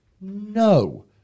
No